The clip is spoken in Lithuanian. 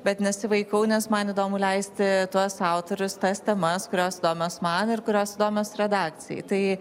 bet nesivaikau nes man įdomu leisti tuos autorius tas temas kurios įdomios man ir kurios įdomios redakcijai tai